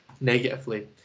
negatively